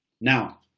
Now